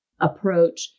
approach